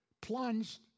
plunged